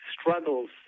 struggles